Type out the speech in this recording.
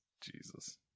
Jesus